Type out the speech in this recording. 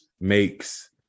makes